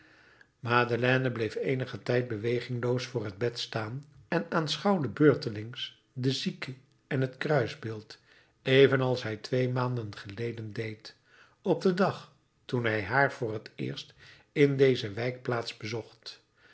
madeleine bleef eenigen tijd bewegingloos voor het bed staan en aanschouwde beurtelings de zieke en het kruisbeeld evenals hij twee maanden geleden deed op den dag toen hij haar voor het eerst in deze wijkplaats bezocht